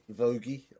Vogie